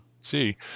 see